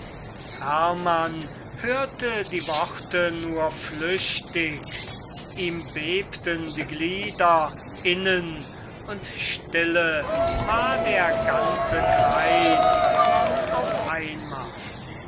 hermann hörte die worte nur flüchtig ihm bebten die glieder innen und stille war der ganze kreis nun auf einmal